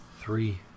Three